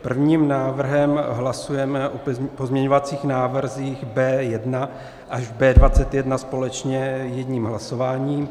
Prvním návrhem hlasujeme o pozměňovacích návrzích B1 až B21 společně jedním hlasováním.